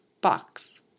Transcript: Box